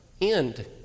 end